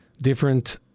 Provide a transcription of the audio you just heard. different